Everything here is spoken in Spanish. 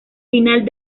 final